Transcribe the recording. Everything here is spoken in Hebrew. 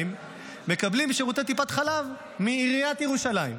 מקבלים שירותי טיפת חלב מעיריית ירושלים.